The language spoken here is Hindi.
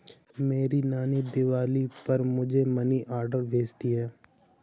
मेरी नानी दिवाली पर मुझे मनी ऑर्डर भेजती है